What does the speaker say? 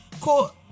Cool